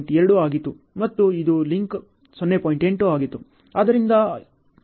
2 ಆಗಿತ್ತು ಮತ್ತು ಇದು ಲಿಂಕ್ 0